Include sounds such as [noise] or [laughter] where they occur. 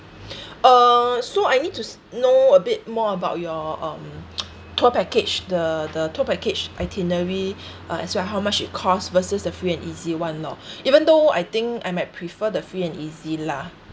[breath] uh so I need to s~ know a bit more about your um [noise] tour package the the tour package itinerary [breath] uh as well how much it cost versus the free and easy one loh even though I think I might prefer the free and easy lah